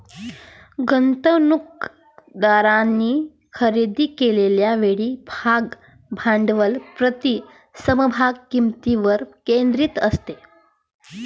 गुंतवणूकदारांनी खरेदी केलेल्या वेळी भाग भांडवल प्रति समभाग किंमतीवर केंद्रित असते